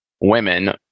women